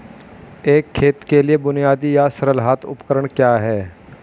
एक खेत के लिए बुनियादी या सरल हाथ उपकरण क्या हैं?